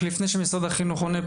רק לפני שמשרד החינוך עונה,